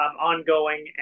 ongoing